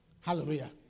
Hallelujah